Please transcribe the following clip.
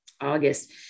August